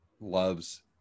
loves